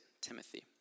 Timothy